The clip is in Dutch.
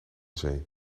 zee